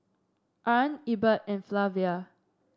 Arne Ebert and Flavia